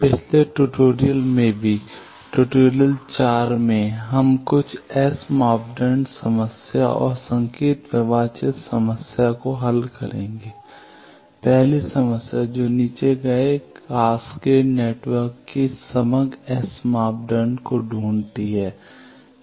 पिछले ट्यूटोरियल में भी ट्यूटोरियल 4 में हम कुछ एस मापदंड समस्या और संकेत प्रवाह चित्र समस्या को हल करेंगे पहली समस्या जो नीचे दिए गए कैस्केड नेटवर्क के समग्र एस मापदंड को ढूंढती है